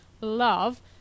love